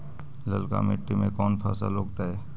ललका मट्टी में कोन फ़सल लगतै?